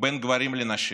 בין גברים לנשים,